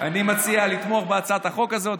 אני מציע לתמוך בהצעת החוק הזאת.